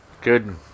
Good